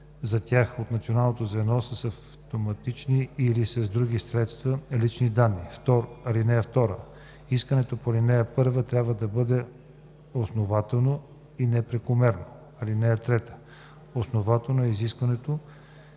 за тях от Националното звено с автоматични или с други средства лични данни. (2) Искането по ал. 1 трябва да бъде основателно и не прекомерно. (3) Основателно е искането,